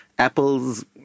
Apple's